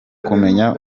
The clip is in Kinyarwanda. kumenya